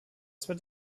zwei